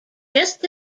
just